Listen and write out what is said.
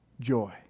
joy